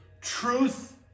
truth